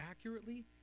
accurately